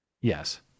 Yes